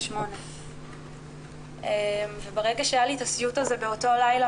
8. וברגע שהיה לי את הסיוט הזה באותו לילה